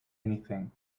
anything